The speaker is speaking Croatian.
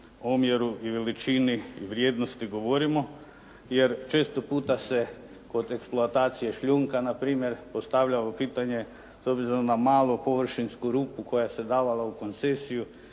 omjeru ili veličini i vrijednosti govorimo, jer često puta se kod eksploatacije šljunka npr. postavljalo pitanje s obzirom na malu površinsku rupu koja se davala u koncesiju